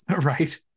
Right